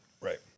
right